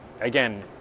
again